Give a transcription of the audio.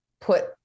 put